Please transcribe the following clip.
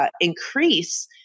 increase